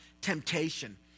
temptation